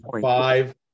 five